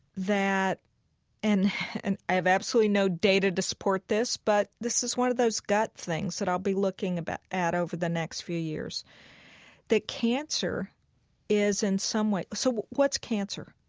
that and and i have absolutely no data to support this, but this is one of those gut things that i'll be looking at over the next few years that cancer is in some way so what's cancer?